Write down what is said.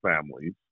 families